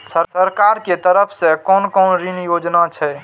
सरकार के तरफ से कोन कोन ऋण योजना छै?